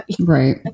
right